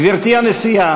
גברתי הנשיאה,